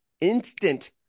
instant